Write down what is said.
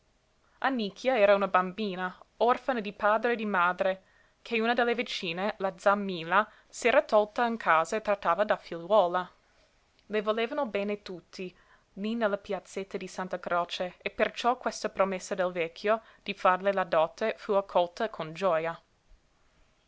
annicchia annicchia era una bambina orfana di padre e di madre che una delle vicine la z'a milla s'era tolta in casa e trattava da figliuola le volevano bene tutti lí nella piazzetta di santa croce e perciò quella promessa del vecchio di farle la dote fu accolta con gioja